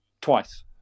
twice